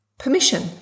permission